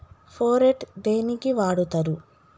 Phorate దేనికి వాడుతరు?